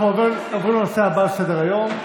אנחנו עוברים לנושא הבא על סדר-היום,